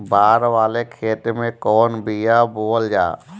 बाड़ वाले खेते मे कवन बिया बोआल जा?